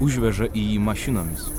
užveža į jį mašinomis